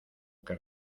que